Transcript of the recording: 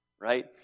right